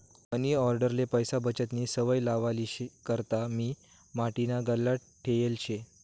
मनी आंडेरले पैसा बचतनी सवय लावावी करता मी माटीना गल्ला लेयेल शे